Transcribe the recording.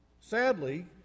Sadly